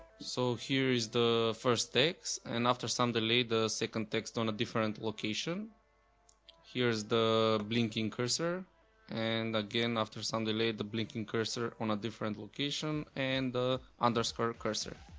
so here's the first text and after some delay the second text on a different location here's the blinking cursor and again after some delay the blinking cursor on a different location and underscore cursor.